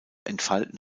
entfalten